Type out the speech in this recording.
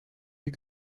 you